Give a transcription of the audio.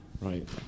Right